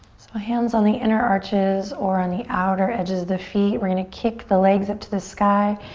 so hands on the inner arches or on the outer edges the feet. we're gonna kick the legs up to the sky.